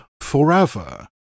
forever